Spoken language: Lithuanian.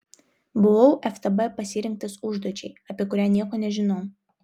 buvau ftb pasirinktas užduočiai apie kurią nieko nežinau